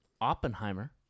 Oppenheimer